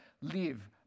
live